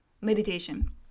meditation